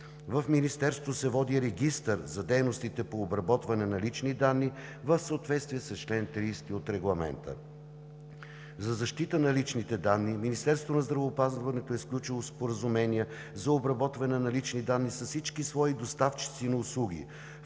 В Министерството се води Регистър на дейностите по обработване на лични данни в съответствие с чл. 30 от Регламента. За защита на личните данни Министерството на здравеопазването е сключило споразумения за обработване на лични данни с всички свои доставчици на услуги,